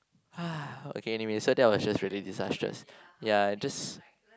ah okay anyway so that was just really disastrous yeah it just